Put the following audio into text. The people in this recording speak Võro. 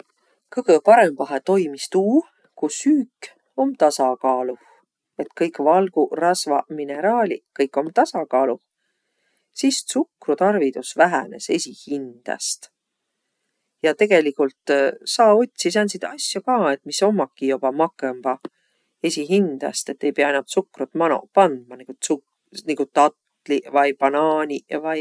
Kõgõ parõmbahe toimis tuu, ku süük om tasakaaluh. Et kõik valguq, rasvaq, mineraaliq, kõik om tasakaaluh, sis tsukrutarvidus vähänes esiqhindäst. Ja tegeligult saa otsiq sääntsit asjo ka, et mis ommaki joba makõmbaq esiqhindäst, et ei piä inämb tsukrut manoq pandma niguq datliq vai banaaniq vai.